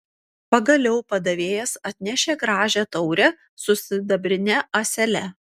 pagaliau padavėjas atnešė gražią taurę su sidabrine ąsele